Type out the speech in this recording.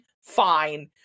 fine